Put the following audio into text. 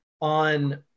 on